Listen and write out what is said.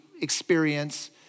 experience